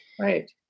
Right